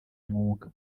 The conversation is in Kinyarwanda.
mwuga